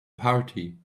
party